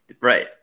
right